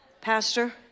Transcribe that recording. Pastor